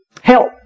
help